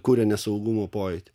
kuria nesaugumo pojūtį